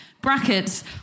Brackets